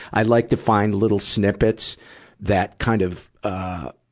i like to find little snippets that kind of, ah,